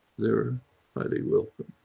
their highly welcome.